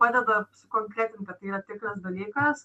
padeda sukonkretint kad tai yra tikras dalykas